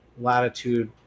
latitude